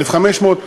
1,500,